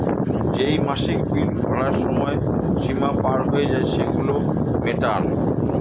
যেই মাসিক বিল ভরার সময় সীমা পার হয়ে যায়, সেগুলো মেটান